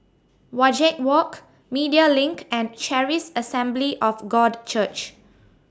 Wajek Walk Media LINK and Charis Assembly of God Church